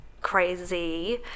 crazy